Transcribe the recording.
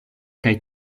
kaj